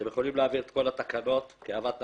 אתם יכולים להעביר את כל התקנות כאוות נפשכם.